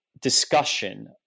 discussion